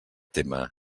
tema